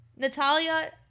natalia